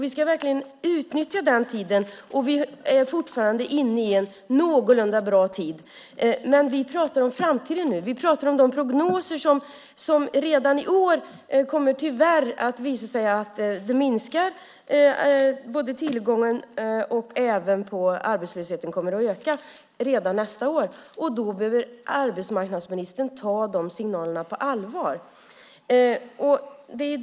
Vi ska utnyttja det och vi är fortfarande inne i en någorlunda bra tid. Men vi pratar om framtiden nu. Vi pratar om de prognoser som tyvärr visar att tillgången på arbete kommer att minska och att arbetslösheten kommer att öka redan nästa år. Arbetsmarknadsministern behöver ta dessa signaler på allvar.